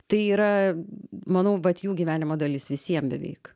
tai yra manau vat jų gyvenimo dalis visiem beveik